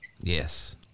Yes